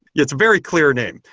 it's a very clear name.